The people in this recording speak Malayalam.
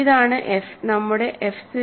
ഇതാണ് എഫ് നമ്മുടെ എഫ് 0